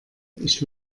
ich